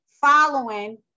following